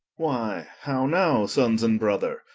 why how now sonnes, and brother,